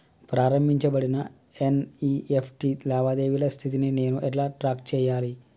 ప్రారంభించబడిన ఎన్.ఇ.ఎఫ్.టి లావాదేవీల స్థితిని నేను ఎలా ట్రాక్ చేయాలి?